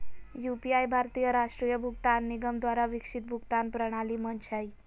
UPI भारतीय राष्ट्रीय भुगतान निगम द्वारा विकसित भुगतान प्रणाली मंच हइ